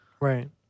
Right